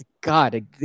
God